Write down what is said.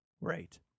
Right